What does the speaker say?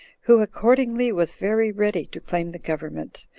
who accordingly was very ready to claim the government,